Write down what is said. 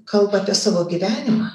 kalba apie savo gyvenimą